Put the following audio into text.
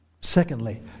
Secondly